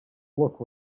look